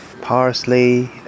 parsley